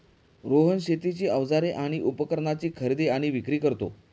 रोहन शेतीची अवजारे आणि उपकरणाची खरेदी आणि विक्री करतो